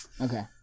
Okay